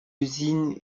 usine